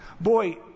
Boy